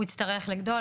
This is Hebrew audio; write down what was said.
הוא יצטרך לגדול,